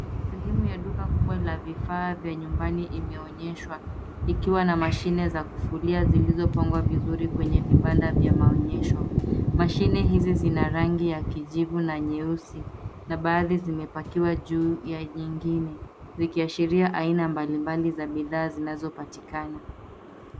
Sehemu ya duka kubwa la vifaa vya nyumbani imeonyeshwa ikiwa na mashine za kufulia zilizopangwa vizuri kwenye vibanda vya maonyesho. Mshine hizi zina rangi ya kijivu na nyeusi na baadhi zimepakiwa juu ya nyingine zikiashiria aina mbali mbali za bidhaa zinazo patikana.